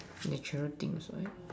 natural things right